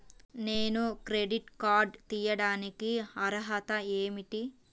నేను credit card తీయడానికి అర్హత ఏమిటి?